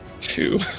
two